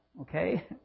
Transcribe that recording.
okay